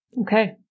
Okay